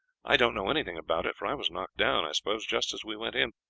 i don't know anything about it, for i was knocked down, i suppose, just as we went in,